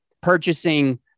purchasing